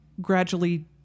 gradually